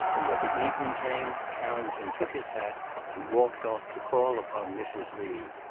and when the evening came, carrington took his hat and walked off to call upon mrs. lee.